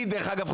דרך אגב,